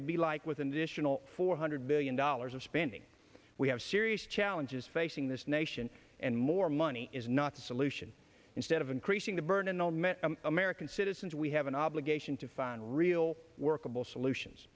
would be like with an additional four hundred billion dollars of spending we have serious challenges facing this nation and more money is not the solution instead of increasing the burden on american citizens we have an obligation to find real workable solutions